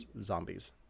Zombies